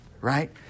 right